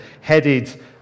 headed